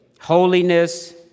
holiness